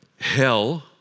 Hell